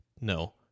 No